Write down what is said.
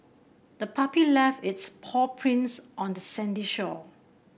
the puppy left its paw prints on the sandy shore